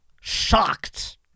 shocked